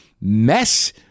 mess